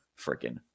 freaking